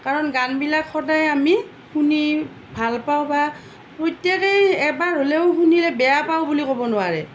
কাৰণ গানবিলাক সদায় আমি শুনি ভাল পাওঁ বা প্ৰত্যেকে এবাৰ হ'লেও শুনিলে বেয়া পাওঁ বুলি ক'ব নোৱাৰে